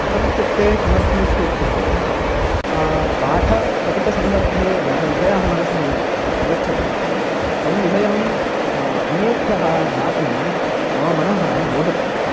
कथमित्युक्ते किमर्थमित्युक्ते पाठपठितसन्दर्भे यः विषयः मनसि आगच्छति तं विषयं अन्येभ्यः दातुं मम मनः मोदते